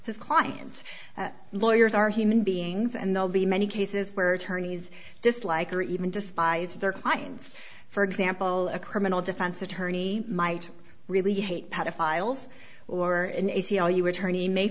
his clients lawyers are human beings and they'll be many cases where attorneys dislike or even despise their clients for example a criminal defense attorney might really hate pedophiles or an a c l u attorney may